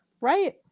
right